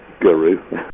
guru